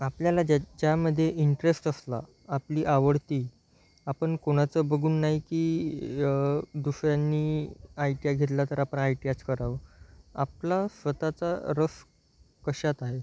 आपल्याला ज्याच्यामध्ये इंट्रेस्ट असला आपली आवडती आपण कोणाचं बघून नाही की दुसऱ्यांनी आय टी आय घेतला तर आपण आय टी आयच करावं आपला स्वतःचा रस कशात आहे